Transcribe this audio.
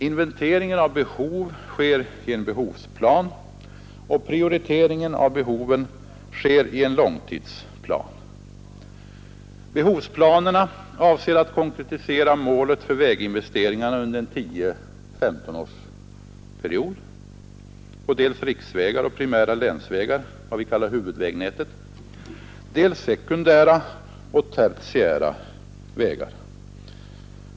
Inventeringen av behov sker i en behovsplan, och prioriteringen av behoven görs i en långtidsplan. Behovsplanerna avser att konkretisera målet för väginvesteringarna under en period om 10—15 år på dels riksvägar och primära länsvägar — vad vi kallar huvudvägnätet — dels sekundära och tertiära vägar.